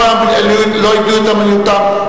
לא איבדו את אמינותן,